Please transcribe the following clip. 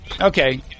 okay